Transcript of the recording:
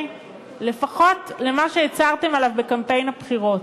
לפחות למה שהצהרתם עליו בקמפיין הבחירות.